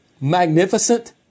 magnificent